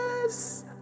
yes